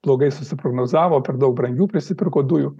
blogai susiprognozavo per daug brangių prisipirko dujų